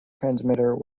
transmitter